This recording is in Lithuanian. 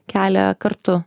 kelią kartu